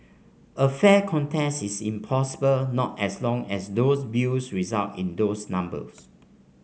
a fair contest is impossible not as long as those views result in those numbers